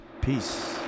Peace